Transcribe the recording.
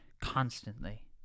constantly